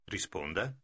Risponda